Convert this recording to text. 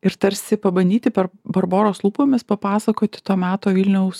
ir tarsi pabandyti per barboros lūpomis papasakoti to meto vilniaus